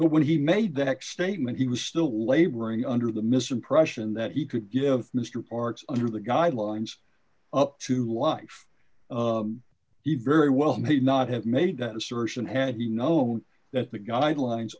but when he made that statement he was still laboring under the misimpression that he could give mr parks under the guidelines up to life even really well may not have made that assertion had he known that the guidelines